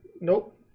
nope